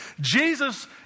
Jesus